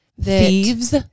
thieves